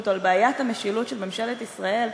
או על בעיית המשילות של ממשלת ישראל,